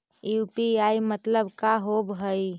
UPI मतलब का होब हइ?